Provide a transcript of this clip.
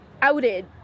outed